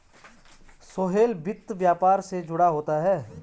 सोहेल वित्त व्यापार से जुड़ा हुआ है